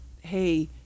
hey